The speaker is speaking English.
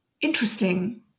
interesting